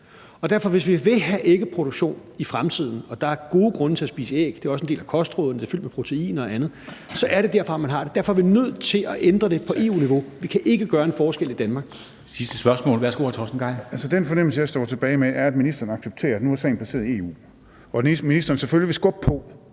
Så hvis vi vil have ægproduktion i fremtiden – og der er gode grunde til at spise æg; det er også en del af kostrådene; de er fyldt med proteiner og andet – så er det derfra, man har dem. Derfor er vi nødt til at ændre det på EU-niveau. Vi kan ikke gøre en forskel i Danmark. Kl. 13:13 Formanden (Henrik Dam Kristensen): Det er det sidste spørgsmål. Værsgo til hr. Torsten Gejl. Kl. 13:13 Torsten Gejl (ALT): Den fornemmelse, jeg står tilbage med, er, at ministeren accepterer, at nu er sagen placeret i EU. Ministeren vil selvfølgelig skubbe på,